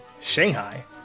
shanghai